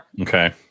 Okay